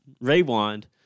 Rewind